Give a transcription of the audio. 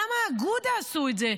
למה אגודה עשו את זה?